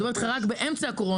אני מדברת איתך רק על אמצע הקורונה,